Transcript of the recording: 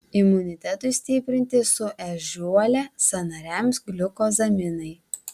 imunitetui stiprinti su ežiuole sąnariams gliukozaminai